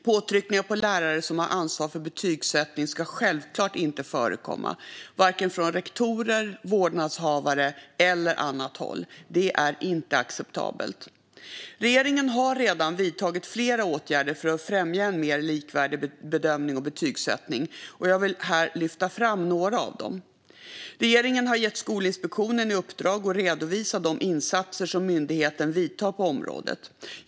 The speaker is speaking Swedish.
Påtryckningar på lärare som har ansvar för betygsättning ska självklart inte förekomma vare sig från rektorer eller vårdnadshavare eller från annat håll. Det är inte acceptabelt. Regeringen har redan vidtagit flera åtgärder för att främja en mer likvärdig bedömning och betygsättning, och jag vill här lyfta fram några av dem. Regeringen har gett Skolinspektionen i uppdrag att redovisa de insatser myndigheten vidtar på området.